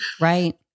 Right